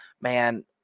man